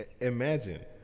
Imagine